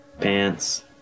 Pants